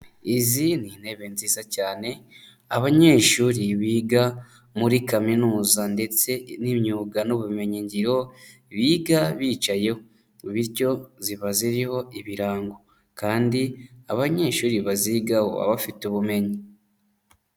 Izi ni intebe nziza cyane abanyeshuri biga muri kaminuza ndetse n'imyuga n'ubumenyingiro biga bicayeho. Bityo ziba ziriho ibirango. Kandi abanyeshuri baziga baba bafite ubumenyi.